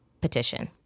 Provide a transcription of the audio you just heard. petition